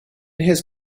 his